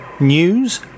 news